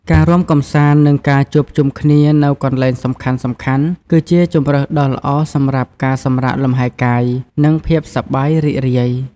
ការរាំកម្សាន្ត និងការជួបជុំគ្នានៅកន្លែងសំខាន់ៗ គឺជាជម្រើសដ៏ល្អសម្រាប់ការសម្រាកលំហែកាយ និងភាពសប្បាយរីករាយ។